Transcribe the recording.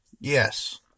Yes